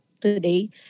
today